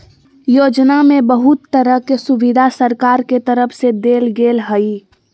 योजना में बहुत तरह के सुविधा सरकार के तरफ से देल गेल हइ